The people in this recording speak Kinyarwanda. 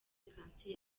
kanseri